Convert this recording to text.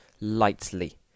lightly